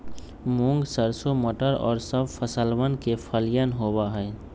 मूंग, सरसों, मटर और सब फसलवन के फलियन होबा हई